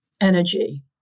energy